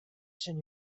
send